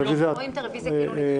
רביזיה.